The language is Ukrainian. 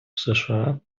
сша